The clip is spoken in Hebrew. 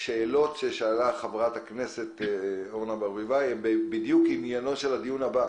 שהשאלות ששאלה חברת הכנסת אורנה ברביבאי הן בדיוק עניינו של הדיון הבא.